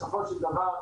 בסופו של דבר,